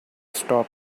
stop